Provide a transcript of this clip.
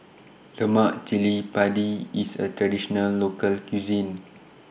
Lemak Cili Padi IS A Traditional Local Cuisine